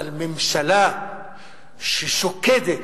אבל ממשלה ששוקדת